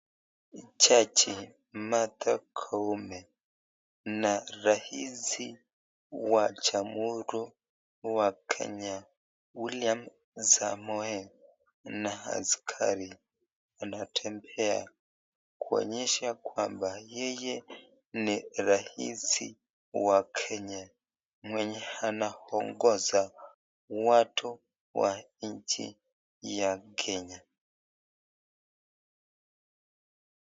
Jaji Martha Koome na rais wa jamhuri ya Kenya, William Samoei na askari wanatembea kuonyesha kwamba yeye ni rais wa Kenya mwenye anaongoza watu wa nchi ya Kenya.